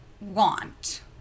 want